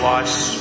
Watch